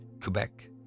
Quebec